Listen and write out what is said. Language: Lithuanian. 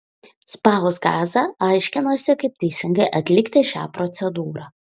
spausk gazą aiškinosi kaip teisingai atlikti šią procedūrą